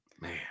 Man